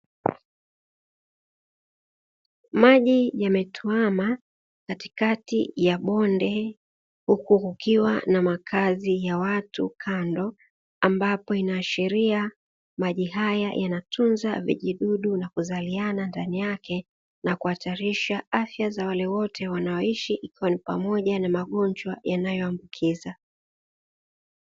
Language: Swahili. Maji yametuama katikati ya bonde huku kukiwa na makazi ya watu kando ambapo inaashiria maji hayo yanatunza vijidudu nakuzaliana ndani yake, na kuhatarisha afya ya wale wote wanaoishi ikiwa ni pamoja na magonjwa ya kuambukiza.